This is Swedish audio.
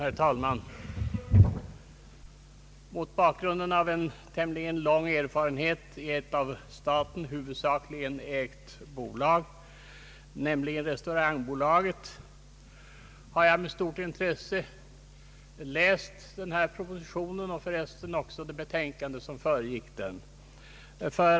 Herr talman! Mot bakgrund av en tämligen lång erfarenhet i ett huvudsakligen statsägt bolag, nämligen Restaurangbolaget, har jag med stort intresse läst den här propositionen och för resten också det betänkande som föregick den.